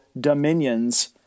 Dominions